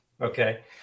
Okay